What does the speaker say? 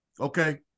Okay